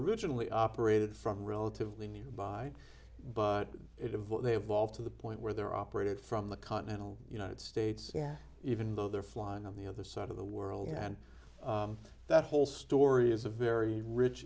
originally operated from relatively nearby but it of what they have all to the point where they're operated from the continental united states yeah even though they're flying on the other side of the world and that whole story is a very rich